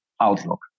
outlook